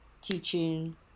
teaching